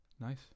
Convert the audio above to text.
Nice